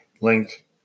link